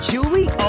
Julie